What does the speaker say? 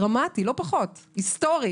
לא פחות, היסטורי